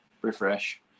refresh